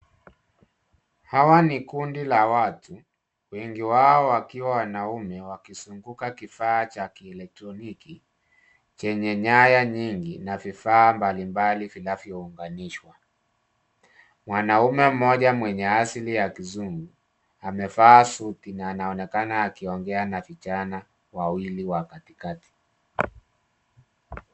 Hawa ni kundi la watu, wengi wao wakiwa wanaume wakizunguka kifaa cha kielektroniki chenye nyaya nyingi na vifaa mbalimbali vinavyounganishwa. Mwanaume mmoja mwenye asili ya kizungu amevaa suti na anaonekana akiongea na vijana wawili wa katikati.